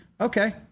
Okay